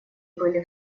были